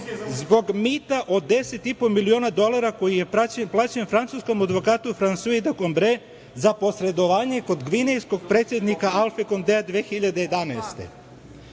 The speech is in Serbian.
zbog mita od 10,5 dolara koji je plaćen francuskom advokatu Fransui De Kombre za posredovanje kod gvinejskog predsednika Alfe Kondea 2011.